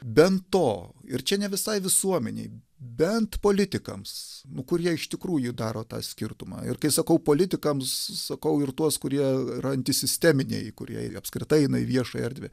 bent to ir čia ne visai visuomenei bent politikams nu kurie iš tikrųjų daro tą skirtumą ir kai sakau politikams sakau ir tuos kurie yra antisisteminiai kurie apskritai eina į viešąją erdvę